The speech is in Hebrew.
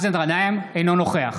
אינו נוכח